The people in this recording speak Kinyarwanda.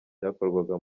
byakorwaga